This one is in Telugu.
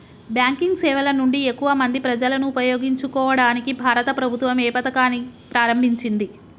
బ్యాంకింగ్ సేవల నుండి ఎక్కువ మంది ప్రజలను ఉపయోగించుకోవడానికి భారత ప్రభుత్వం ఏ పథకాన్ని ప్రారంభించింది?